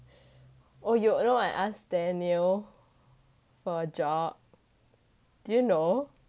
oh you know I asked daniel for job did you know